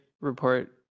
report